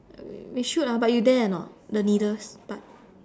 we should ah but you dare or not the needles part